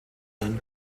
then